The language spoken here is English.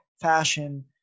fashion